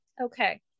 Okay